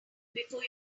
before